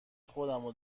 خودمو